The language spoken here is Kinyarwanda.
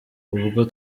ubwo